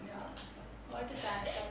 ya what a sad